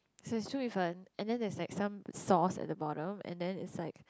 so it's 粗米粉 and then there's like some sauce at the bottom and then it's like